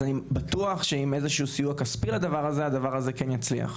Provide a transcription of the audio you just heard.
אני בטוח שעם סיוע כספי הדבר הזה כן יצליח,